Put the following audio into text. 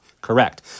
correct